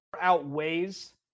outweighs